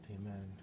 amen